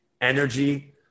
energy